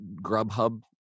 Grubhub